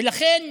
ולכן,